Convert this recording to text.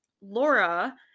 Laura